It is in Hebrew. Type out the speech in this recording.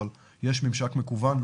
אבל יש ממשק מקוון,